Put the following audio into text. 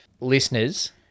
Listeners